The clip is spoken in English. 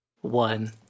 one